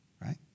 right